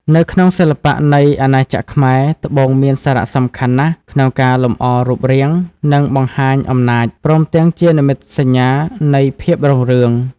នៅក្នុងសិល្បៈនៃអាណាចក្រខ្មែរ ត្បូងមានសារៈសំខាន់ណាស់ក្នុងការលម្អរូបរាង និងបង្ហាញអំណាច ព្រមទាំងជានិមិត្តសញ្ញានៃភាពរុងរឿង។